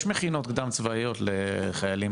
יש מכינות קדם צבאיות לחיילים.